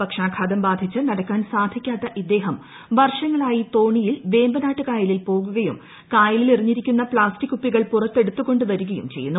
പക്ഷാഘാതം ബ്ലിധിച്ച് നടക്കാൻ സാധിക്കാത്ത ഇദ്ദേഹം വർഷങ്ങളായി പ്രൂ തോണിയിൽ വേമ്പനാട്ടുകായലിൽ പോകുകയും കായലിൽ ് എറിഞ്ഞിരിക്കുന്ന ക്ലാസ്റ്റിക് കുപ്പികൾ പുറത്തെടുത്തുകൊണ്ട് വ്യരുകയും ചെയ്യുന്നു